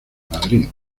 madrid